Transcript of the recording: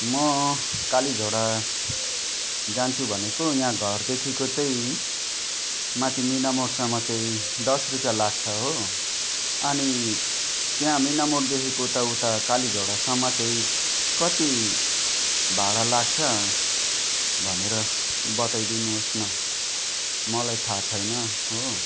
म कालिझोडा जान्छु भनेको यहाँ घरदेखिको चाहिँ माथि मिनामोडसम्म चाहिँ दस रुपियाँ लाग्छ हो अनि त्यहाँ मिनामोडदेखिको त उता कालिझोडासम्म चाहिँ कति भाडा लाग्छ भनेर बताइदिनु होस् न मलाई थाहा छैन हो